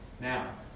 Now